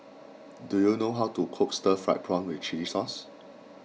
do you know how to cook Stir Fried Prawn with Chili Sauce